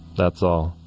that's all